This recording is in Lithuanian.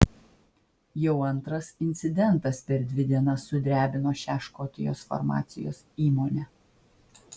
jau antras incidentas per dvi dienas sudrebino šią škotijos farmacijos įmonę